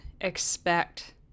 expect